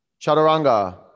chaturanga